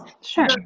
Sure